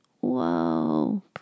Whoa